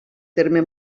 terme